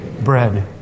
bread